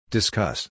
Discuss